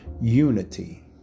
Unity